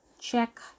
Check